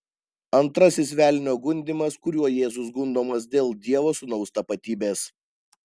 antrasis velnio gundymas kuriuo jėzus gundomas dėl dievo sūnaus tapatybės